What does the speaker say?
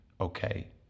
okay